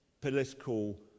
political